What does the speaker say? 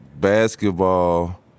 basketball